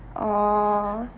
oh